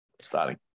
starting